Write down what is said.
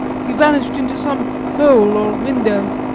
he vanished into some hole or window.